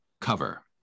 cover